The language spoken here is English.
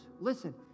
listen